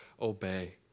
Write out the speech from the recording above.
obey